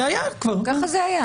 זה כבר היה.